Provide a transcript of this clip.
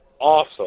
awesome